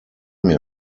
mir